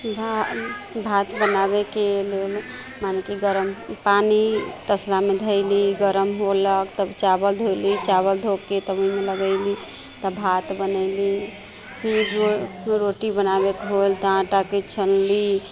भा भात बनाबयके लेल माने कि गरम पानी तसलामे धयली गरम होलक तब चावल धोली चावल धो कऽ तब ओहिमे लगयली तब भात बनयली फिर रोटी बनाबयके होल तऽ आटाकेँ छनली